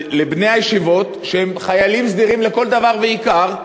לבני הישיבות שהם חיילים סדירים לכל דבר ועיקר,